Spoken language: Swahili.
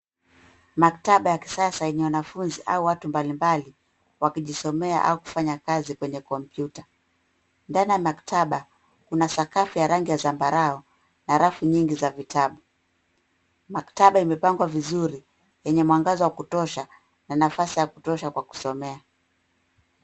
Maktaba ya kisasa yenye wanafunzi au watu mbalimbali wakijisomea au kufanya kazi kwenye kompyuta. Ndani ya maktaba kuna sakafu ya rangi ya zambarau na rafu nyingi za vitabu. Maktaba imepangwa vizuri yenye mwangaza wa kutosha na nafasi ya kutosha kwa kusomea.